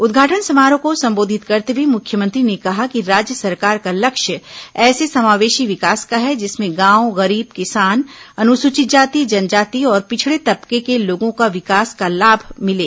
उद्घाटन समारोह को संबोधित करते हुए मुख्यमंत्री ने कहा कि राज्य सरकार का लक्ष्य ऐसे समावेशी विकास का है जिसमें गांव गरीब किसान अनुसूचित जाति जनजाति और पिछड़े तबकों के लोगों को विकास का लाभ मिले